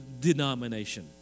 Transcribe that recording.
denomination